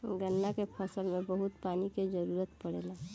गन्ना के फसल में बहुत पानी के जरूरत पड़ेला